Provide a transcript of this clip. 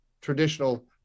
traditional